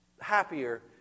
happier